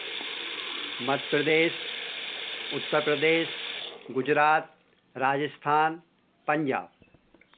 Madhya Pradesh Uttar Pradesh Gujarat Rajasthan Punjab